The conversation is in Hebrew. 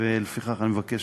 לפיכך אני מבקש